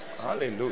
Hallelujah